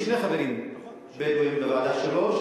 היו שני חברים בדואים בוועדה שלו,